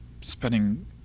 spending